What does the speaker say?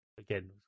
again